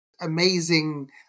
Amazing